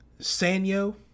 Sanyo